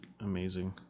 amazing